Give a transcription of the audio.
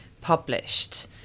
published